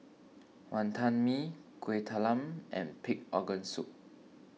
Wantan Mee Kueh Talam and Pig Organ Soup